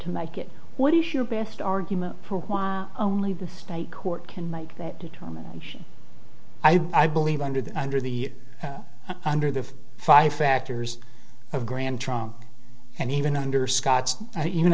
to make it what is your best argument for why only the state court can make that determination i believe under the under the under the five factors of grand trunk and even under scots and even